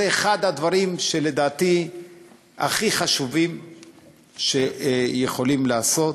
זה אחד הדברים שלדעתי הכי חשובים שיכולים לעשות.